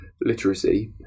literacy